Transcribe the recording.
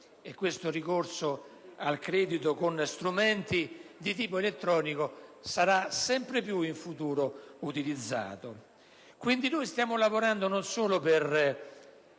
e del ricorso al credito con strumenti di tipo elettronico sarà sempre più presente in futuro. Quindi, stiamo lavorando non solo per